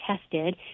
tested